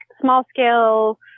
small-scale